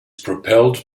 propelled